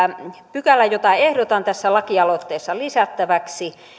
pykälä jota ehdotan tässä lakialoitteessa lisättäväksi